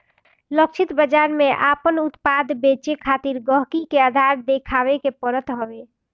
लक्षित बाजार में आपन उत्पाद बेचे खातिर गहकी के आधार देखावे के पड़त हवे